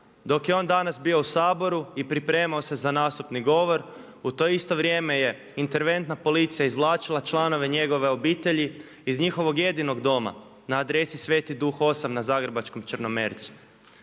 dok je on danas bio u Saboru i pripremao se za nastupni govor u to isto vrijeme je interventna policija izvlačila članove njegove obitelji iz njihovog jedinog doma na adresi Sveti duh 8 na zagrebačkom Črnomercu.